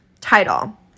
title